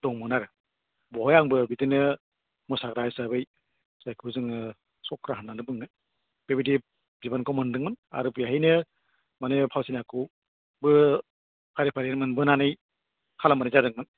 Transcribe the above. दंमोन आरो बेवहाय आंबो बिदिनो मोसाग्रा हिसाबै जायखौ जोङो सख्रा होननानै बुङो बेबायदि बिबानखौ मोनदोंमोन आरो बेहायनो माने फावथिनाखौबो फारि फारि मोनबोनानै खालामनाय जादोंमोन